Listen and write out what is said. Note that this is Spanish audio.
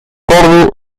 tarde